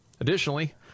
additionally